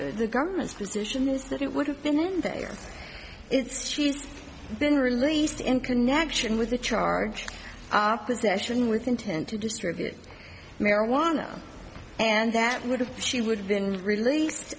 the government's position is that it would have been in there it's she's been released in connection with the charge our possession with intent to distribute marijuana and that would have she would have been released